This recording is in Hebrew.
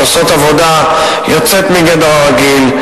שעושות עבודה יוצאת מגדר הרגיל.